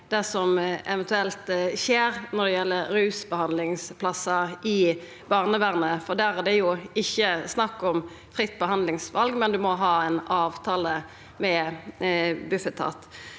det som eventuelt skjer når det gjeld rusbehandlingsplassar i barnevernet, for der er det jo ikkje snakk om fritt behandlingsval, men ein må ha ei avtale med Bufetat.